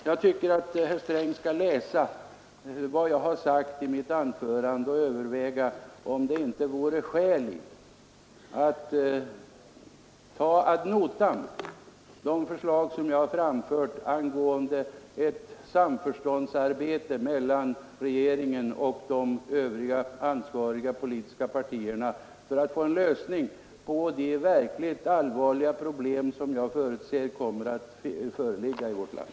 Jag tycker att herr Sträng skall läsa vad jag har sagt i mitt anförande och överväga om det inte vore skäl att ta ad notam de förslag som jag har framfört om ett arbete i samförstånd mellan regeringen och de övriga ansvariga politiska partierna för att få en lösning på de verkligt allvarliga problem som jag förutser kommer att föreligga i vårt land.